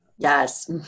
Yes